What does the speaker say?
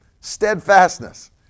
Steadfastness